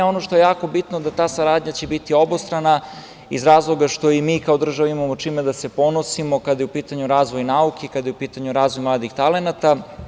Ono što je jako bitno je da će ta saradnja biti obostrana iz razloga što i mi kao država imamo čime da se ponosimo kada je u pitanju razvoj nauke, kada je u pitanju razvoj mladih talenata.